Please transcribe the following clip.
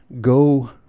go